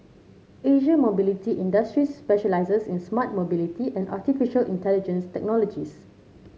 Asia Mobility Industries specialises in smart mobility and artificial intelligence technologies